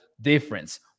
difference